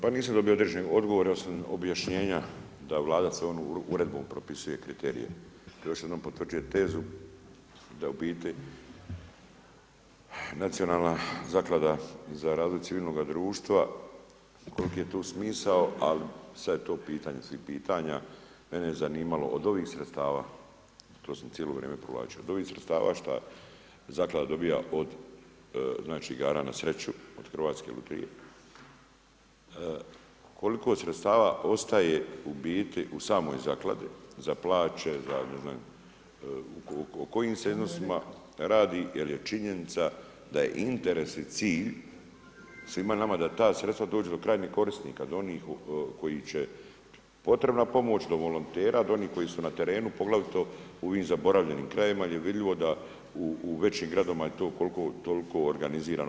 Pa mislim da bi određenim odgovorima, odnosno objašnjenja da Vlada svojom uredbom propisuje kriterije, to još jednom potvrđuje tezu da u biti Nacionalna zaklada za razvoj civilnog društva koliki je tu smisao ali sada je to pitanje svih pitanja, mene je zanimalo, od ovih sredstava, to sam cijelo vrijeme provlačio, od ovih sredstava što Zaklada dobiva od znači igara na sreću, od Hrvatske lutrije koliko sredstava ostaje u biti u samoj Zakladi za plaće, o kojim se iznosima radi, jer je činjenica da je interes i cilj, svima nama, da ta sredstva dođu do krajnjih korisnika, do onih koji će potrebna pomoć, do volontera, do onih koji su na terenu, poglavito u ovim zaboravljenim krajevima, gdje je vidljivo da u ovim većim gradovima je to koliko toliko organizirano?